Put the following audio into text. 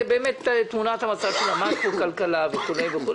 זה באמת תמונת המצב של מאקרו כלכלה וכו',